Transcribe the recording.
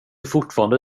fortfarande